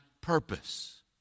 purpose